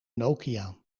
nokia